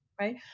Right